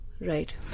Right